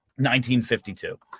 1952